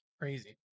Crazy